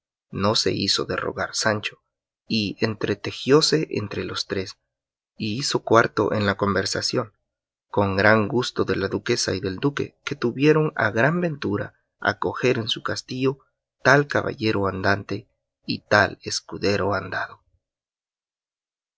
no se hizo de rogar sancho y entretejióse entre los tres y hizo cuarto en la conversación con gran gusto de la duquesa y del duque que tuvieron a gran ventura acoger en su castillo tal caballero andante y tal escudero andado